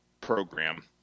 program